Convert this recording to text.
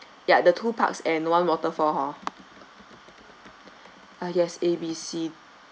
ya the two parks and one waterfall hor ah yes A B C